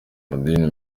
amadini